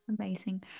Amazing